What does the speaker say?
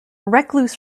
recluse